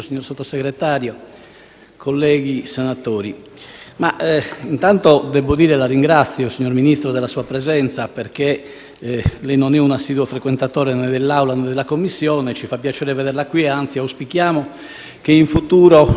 colleghi senatori, intanto devo ringraziare il signor Ministro della sua presenza, perché lei non è un assiduo frequentatore né dell'Aula né della Commissione. Ci fa piacere vederla qui e, anzi, auspichiamo in futuro di vederla più spesso.